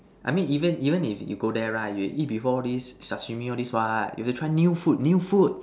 I mean even even if go there right you eat before all these Sashimi all these what you should try new food new food